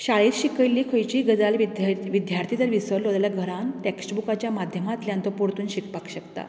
शाळेत शिकयल्ली खंयचीय गजाल विद्यार्थी विद्यार्थी जर विसरलो जाल्यार घरांत टेक्स्ट बुकाच्या माध्यमांतल्यान तो परतून शिकपाक शकता